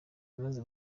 imaze